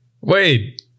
Wait